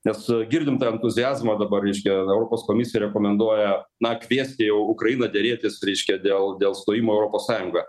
nes girdint entuziazmą dabar reiškia europos komisija rekomenduoja na kviesti jau ukrainą derėtis reiškia dėl dėl stojimo į europos sąjungą